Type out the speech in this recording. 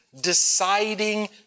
deciding